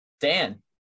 Dan